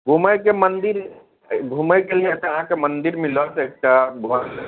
घुमयके मन्दिर घुमयके लिये तऽ अहाँके मन्दिर मिलत एकटा